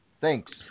Thanks